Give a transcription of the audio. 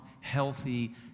healthy